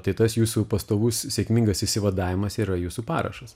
tai tas jūsų pastovus sėkmingas išsivadavimas yra jūsų parašas